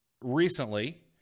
Recently